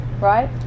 Right